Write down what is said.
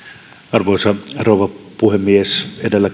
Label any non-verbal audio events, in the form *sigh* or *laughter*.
arvoisa rouva puhemies edellä *unintelligible*